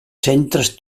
centres